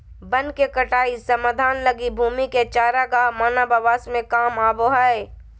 वन के कटाई समाधान लगी भूमि के चरागाह मानव आवास में काम आबो हइ